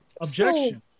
Objection